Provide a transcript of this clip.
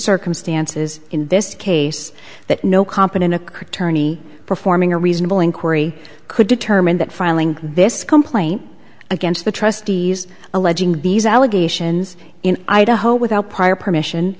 circumstances in this case that no competent occurred tourney performing a reasonable inquiry could determine that filing this complaint against the trustees alleging these allegations in idaho without prior permission